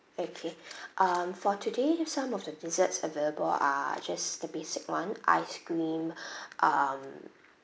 okay um for today here's some of the desserts available are just the basic one ice cream um